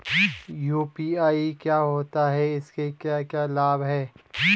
UPI क्या होता है इसके क्या क्या लाभ हैं?